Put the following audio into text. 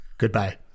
Goodbye